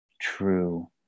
true